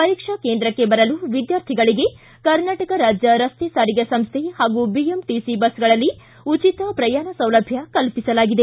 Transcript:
ಪರೀಕ್ಷಾ ಕೇಂದ್ರಕ್ಕೆ ಬರಲು ವಿದ್ಯಾರ್ಥಿಗಳಿಗೆ ಕರ್ನಾಟಕ ರಾಜ್ಯ ರಸ್ತೆ ಸಾರಿಗೆ ಸಂಸ್ಥೆ ಹಾಗೂ ಬಿಎಂಟು ಬಸ್ಗಳಲ್ಲಿ ಉಚಿತ ಪ್ರಯಾಣ ಸೌಲಭ್ಯ ಕಲ್ಪಿಸಲಾಗಿದೆ